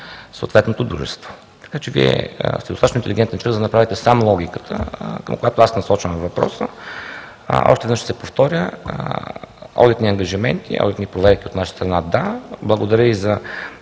съответното дружество. Вие сте достатъчно интелигентен човек, за да направите сам логиката, на която аз насочвам въпроса. Още веднъж ще повторя одитни ангажименти, одитни проверки от наша страна – да. Благодаря и за